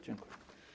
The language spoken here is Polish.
Dziękuję.